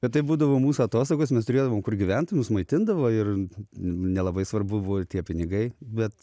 bet tai būdavo mūsų atostogos mes turėdavom kur gyvent mus maitindavo ir nelabai svarbu buvo ir tie pinigai bet